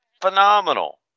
phenomenal